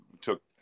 took